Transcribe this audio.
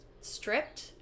Stripped